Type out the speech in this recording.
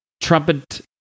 trumpet